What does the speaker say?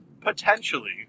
potentially